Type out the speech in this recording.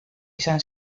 izan